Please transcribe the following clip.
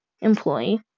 employee